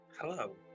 Hello